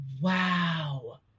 wow